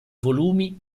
volumi